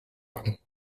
wang